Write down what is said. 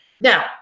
Now